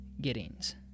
Giddings